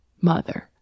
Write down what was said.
Mother